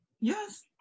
Yes